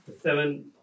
seven